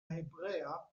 hebrea